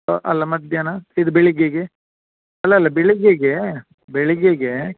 ಅಲ್ಲ ಮಧ್ಯಾಹ್ನ ಇದು ಬೆಳಗ್ಗೆಗೆ ಅಲ್ಲಲ್ಲ ಬೆಳಗ್ಗೆಗೆ ಬೆಳಗ್ಗೆಗೆ